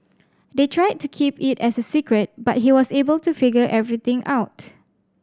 they tried to keep it as a secret but he was able to figure everything out